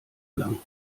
lang